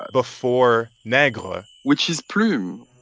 before negre. which is plume